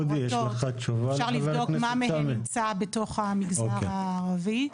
אפשר לבדוק מה מהן נמצא בתוך המגזר הערבי.